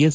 S